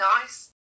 nice